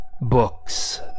books